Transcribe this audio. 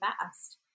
fast